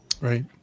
right